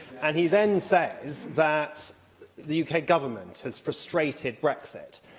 and he then says that the uk government has frustrated brexit.